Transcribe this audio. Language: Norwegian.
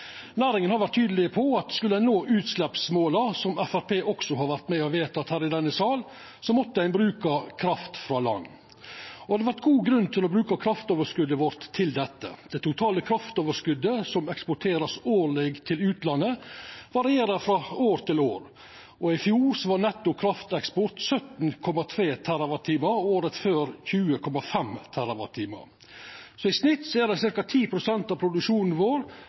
Næringa har vore tydeleg på at skal ein nå utsleppsmåla, som Framstegspartiet også har vore med på å vedta her i denne salen, må ein bruka kraft frå land. Og det har vore god grunn til å bruka kraftoverskotet vårt til dette. Det totale kraftoverskotet som årleg vert eksportert til utlandet, varierer frå år til år. I fjor var netto krafteksport 17,3 TWh, og året før 20,5 TWh. I snitt er det ca. 10 pst. av produksjonen vår